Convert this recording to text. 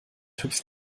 hüpft